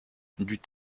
dut